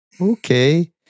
Okay